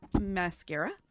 mascara